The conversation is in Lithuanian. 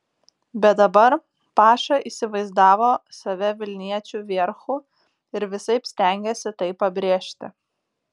bet dabar paša įsivaizdavo save vilniečių vierchu ir visaip stengėsi tai pabrėžti